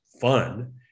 fun